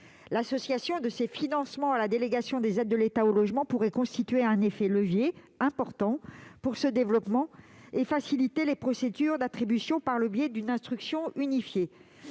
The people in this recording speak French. L'association de ces financements à la délégation des aides de l'État au logement pourrait constituer un effet levier important pour ce développement et faciliter les procédures d'attribution par le biais d'une instruction unifiée.